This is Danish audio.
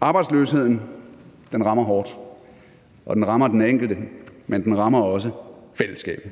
Arbejdsløsheden rammer hårdt. Den rammer den enkelte, men den rammer også fællesskabet.